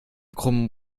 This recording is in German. krummen